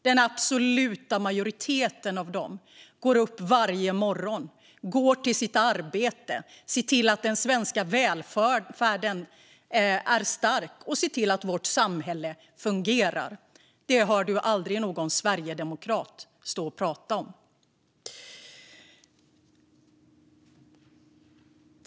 Den absoluta majoriteten av dem går upp varje morgon, går till sitt arbete, ser till att den svenska välfärden är stark och ser till att vårt samhälle fungerar. Det hör man aldrig någon sverigedemokrat stå och prata om.